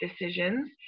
decisions